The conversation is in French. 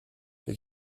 les